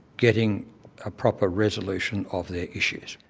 getting a proper resolution of the issues.